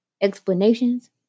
explanations